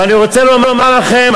ואני רוצה לומר לכם,